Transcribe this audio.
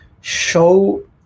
show